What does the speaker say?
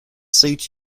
suit